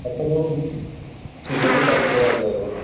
अच्छा तो पीपरी साइड गया हुआ है रोड